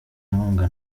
inkunga